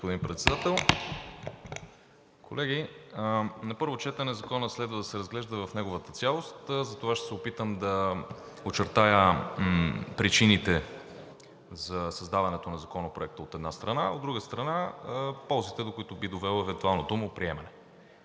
Ви, господин Председател. Колеги, на първо четене Законът следва да се разглежда в неговата цялост. Затова ще се опитам да очертая причините за създаването на Законопроекта, от една страна. От друга страна, ползите, до които би довело евентуалното му приемане.